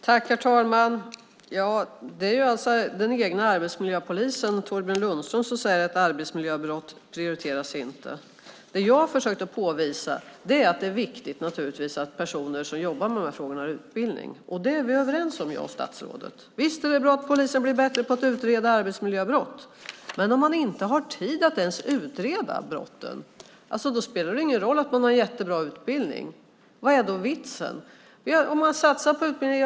Herr talman! Det är alltså arbetsmiljöpolisen Thorbjörn Lundström som säger att arbetsmiljöbrott inte prioriteras. Det jag har försökt påvisa är att det naturligtvis är viktigt att personer som jobbar med de här frågorna har utbildning. Det är vi överens om, jag och statsrådet. Visst är det bra att polisen blir bättre på att utreda arbetsmiljöbrott, men om man inte har tid att ens utreda brotten spelar det ingen roll att man har en jättebra utbildning. Vad är då vitsen? Man kan satsa på utbildning.